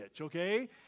okay